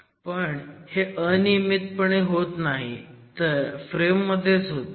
पण हे अनियमितपणे होत नाही तर फ्रेममध्येच होते